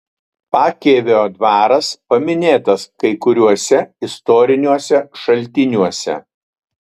pakėvio dvaras paminėtas kai kuriuose istoriniuose šaltiniuose